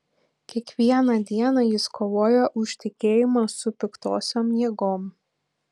kiekvieną dieną jis kovojo už tikėjimą su piktosiom jėgom